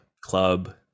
club